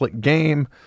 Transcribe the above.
game